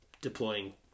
deploying